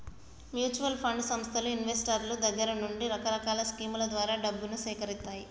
mutual fund సంస్థలు ఇన్వెస్టర్ల దగ్గర నుండి రకరకాల స్కీముల ద్వారా డబ్బును సేకరిత్తాయి